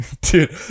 Dude